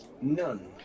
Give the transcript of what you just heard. None